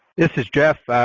this is jeff.